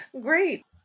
Great